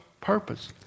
purpose